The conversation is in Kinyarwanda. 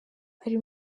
ari